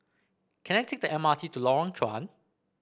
can I take the M R T to Lorong Chuan